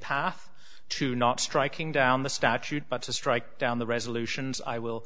path to not striking down the statute but to strike down the resolutions i will